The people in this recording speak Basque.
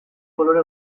kolore